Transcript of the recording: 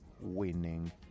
winning